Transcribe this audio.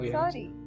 sorry